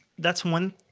that's one,